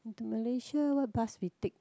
to Malaysia what bus we take